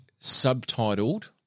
subtitled